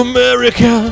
America